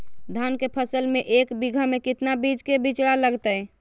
धान के फसल में एक बीघा में कितना बीज के बिचड़ा लगतय?